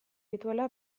dituela